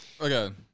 Okay